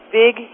big